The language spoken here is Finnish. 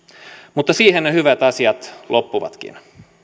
mutta siihen ne hyvät asiat loppuvatkin